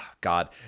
God